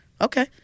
okay